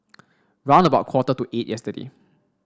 round about quarter to eight yesterday